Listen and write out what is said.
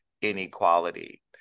inequality